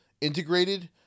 integrated